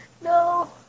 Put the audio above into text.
No